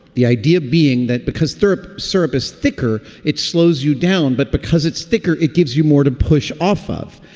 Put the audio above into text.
the idea being that because therp syrup is thicker, it slows you down, but because it's thicker, it gives you more to push off of.